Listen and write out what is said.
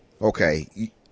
Okay